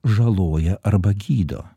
žaloja arba gydo